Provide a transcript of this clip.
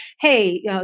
hey